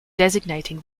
designating